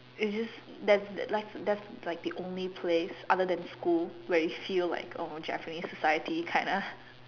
it's just that that like that the only place other than school where you feel like oh Japanese society kinda